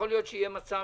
יכול להיות שיהיה מצב